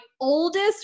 oldest